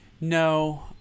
no